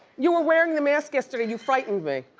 you were wearing the mask yesterday, you frightened me.